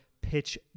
pitch